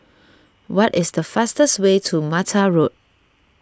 what is the fastest way to Mata Road